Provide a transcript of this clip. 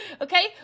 Okay